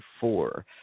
four